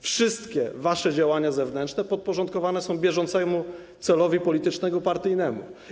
Wszystkie wasze działania zewnętrzne podporządkowane są bieżącemu celowi politycznemu, partyjnemu.